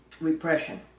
repression